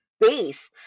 base